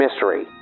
mystery